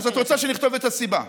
אז את רוצה שנכתוב את הסיבה.